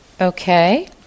Okay